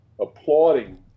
applauding